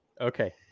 okay